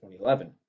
2011